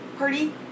party